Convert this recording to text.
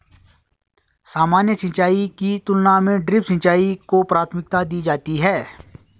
सामान्य सिंचाई की तुलना में ड्रिप सिंचाई को प्राथमिकता दी जाती है